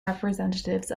representatives